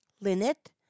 linnet